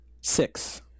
Six